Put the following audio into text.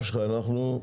צודק.